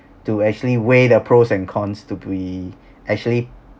to actually weigh the pros and cons to be actually